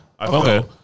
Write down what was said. Okay